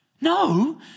no